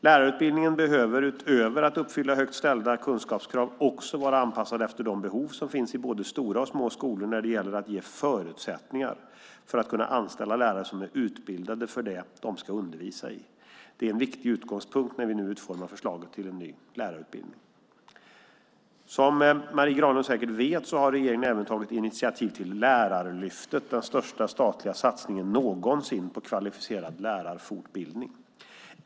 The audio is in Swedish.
Lärarutbildningen behöver, utöver att uppfylla högt ställda kunskapskrav, också vara anpassad efter de behov som finns i både stora och små skolor när det gäller att ge förutsättningar för att anställa lärare som är utbildade för det som de ska undervisa i. Det är en viktig utgångspunkt när vi nu utformar förslaget till en ny lärarutbildning. Som Marie Granlund säkert vet har regeringen även tagit initiativ till Lärarlyftet, den största statliga satsningen någonsin på kvalificerad lärarfortbildning.